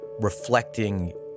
reflecting